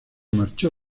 marchó